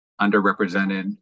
underrepresented